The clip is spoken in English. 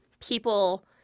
people